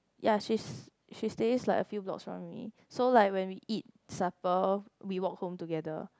ya she's she stays like a few blocks from me so like when we eat supper we walk home together